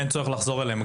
אין צורך לחזור אליהם.